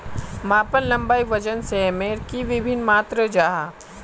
मापन लंबाई वजन सयमेर की वि भिन्न मात्र जाहा?